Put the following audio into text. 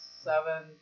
seven